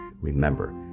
Remember